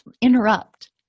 interrupt